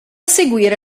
seguire